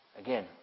Again